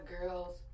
girls